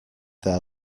their